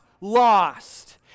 lost